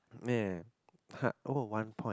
!huh! oh one point